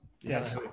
Yes